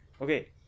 Okay